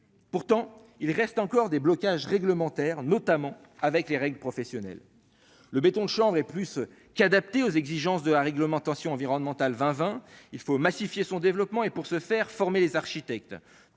pourtant il reste encore des blocages réglementaires, notamment avec les règles professionnelles, le béton de chanvre et plus qu'adaptées aux exigences de la réglementation environnementale vingt vingt il faut massifier son développement et pour se faire former les architectes